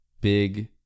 Big